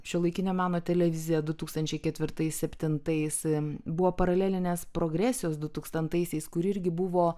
šiuolaikinio meno televizija du tūkstančiai ketvirtais septintais buvo paralelinės progresijos dutūkstantaisiais kuri irgi buvo